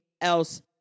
else